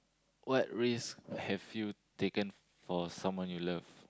what risk have you taken for someone you love